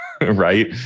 Right